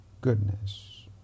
goodness